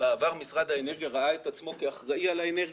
בעבר משרד האנרגיה ראה את עצמו כאחראי על האנרגיה,